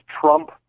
Trump